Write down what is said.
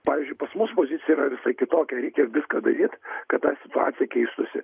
pavyzdžiui pas mus pozicija yra visai kitokia reikės viską daryt kad ta situacija keistųsi